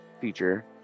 feature